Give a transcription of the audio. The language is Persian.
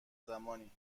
زمانی